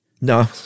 No